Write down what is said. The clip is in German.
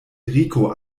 rico